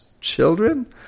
children